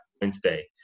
Wednesday